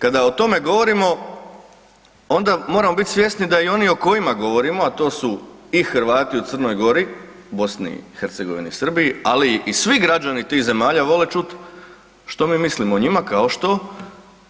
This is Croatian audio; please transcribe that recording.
Kada o tome govorimo onda moramo biti svjesni da i oni o kojima govorimo, a to su i Hrvati u Crnoj Gori, BiH i Srbiji, ali i svi građani tih zemalja vole čuti što mi mislimo o njima kao što